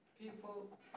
people